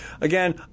Again